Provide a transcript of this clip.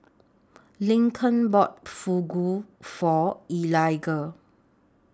Lincoln bought Fugu For Eliga